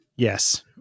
Yes